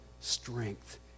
strength